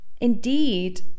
indeed